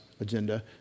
agenda